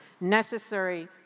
necessary